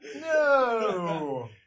No